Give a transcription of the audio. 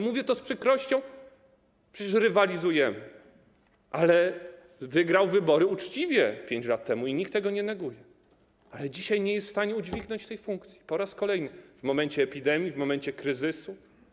Mówię to z przykrością, przecież rywalizujemy, ale wygrał wybory uczciwie 5 lat temu i nikt tego nie neguje, natomiast dzisiaj nie jest w stanie udźwignąć tej funkcji po raz kolejny w momencie epidemii, w momencie kryzysu.